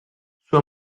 sua